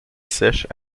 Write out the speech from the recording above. sèche